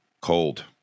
Cold